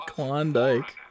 Klondike